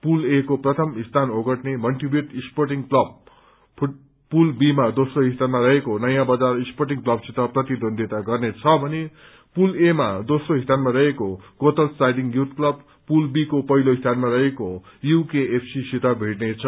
पुल A को प्रथम स्थान ओगटने मन्टिभियट स्पोर्टिगं क्लब पुल बी मा दोम्रो स्थानमा रहेको नयाँ बजार स्पोर्टिगं क्लबसित प्रतिद्वन्दिता गर्नेछ भने पुल ए मा दोम्रो स्थानमा रहेको Gothals siding youth club pool B को पहिलो स्थानमा रहेको यूकेफ्रएसीसित भीड्नेछ